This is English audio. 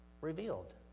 revealed